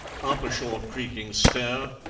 up a short creaking stair,